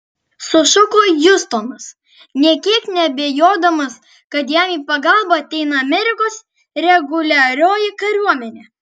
sušuko hiustonas nė kiek neabejodamas kad jam į pagalbą ateina amerikos reguliarioji kariuomenė